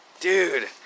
Dude